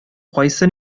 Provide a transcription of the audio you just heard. кайсы